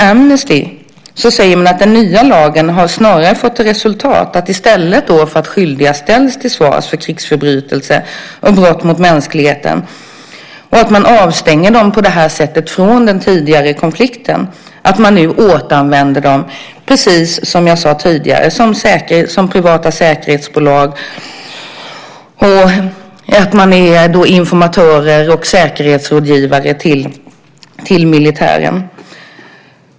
Enligt Amnesty har den nya lagen snarare fått till resultat att man i stället för att skyldiga ställs till svars för krigsförbrytelser och brott mot mänskligheten, och på det sättet avstängs från den tidigare konflikten, återanvänder dessa, precis som jag sade tidigare, i privata säkerhetsbolag, som informatörer och säkerhetsrådgivare till militären.